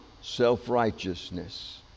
self-righteousness